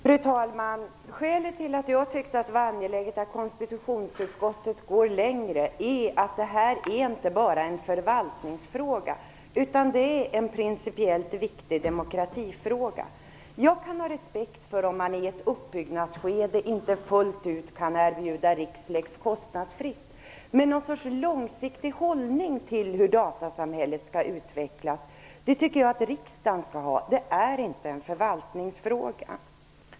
Fru talman! Skälet till att jag tycker att det är angeläget att konstitutionsutskottet går längre är att det här inte bara är en förvaltningsfråga, utan en principiellt viktig demokratifråga. Jag har respekt för att man i ett uppbyggnadsskede inte fullt ut kan erbjuda Rixlex kostnadsfritt, men jag tycker att riksdagen skall ha någon sorts långsiktig hållning till hur datasamhället skall utvecklas. Det är inte en förvaltningsfråga.